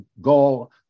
goal